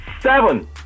seven